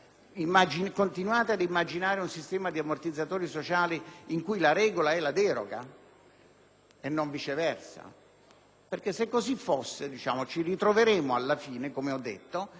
Continuate ad immaginare un sistema di ammortizzatori sociali in cui la regola è la deroga e non viceversa? Se così fosse, ci ritroveremmo alla fine appesantiti